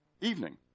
Evening